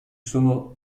sono